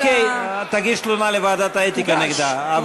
אוקיי, תגיש תלונה לוועדת האתיקה נגדה.